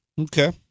Okay